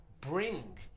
bring